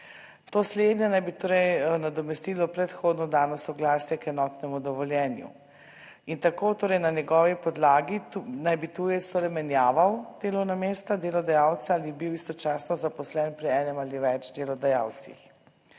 To slednje naj bi torej nadomestilo predhodno dano soglasje k enotnemu dovoljenju, in tako torej na njegovi podlagi naj bi tujec torej menjaval delovna mesta, delodajalca ali bil istočasno zaposlen pri enem ali več delodajalcih.